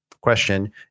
question